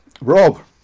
Rob